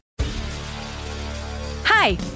Hi